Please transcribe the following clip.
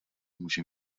může